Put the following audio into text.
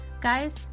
Guys